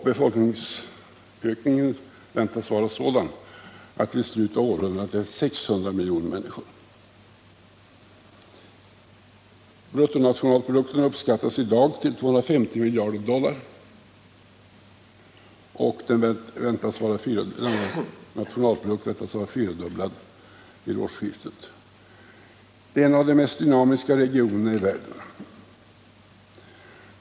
Befolkningsökningen väntas bli sådan att det i slutet av århundradet gäller 600 miljoner människor. Bruttonationalprodukten uppskattas i dag till 250 miljarder dollar. Den väntas vara fyrdubblad vid sekelskiftet. Det är en av de mest dynamiska regionerna i världen.